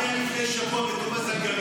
אני, מה היה לפני שבוע בטובא-זנגרייה?